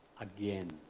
again